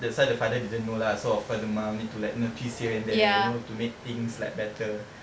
that's why the father didn't know lah so of course the mum need to like mm twist here and there you know to make things like better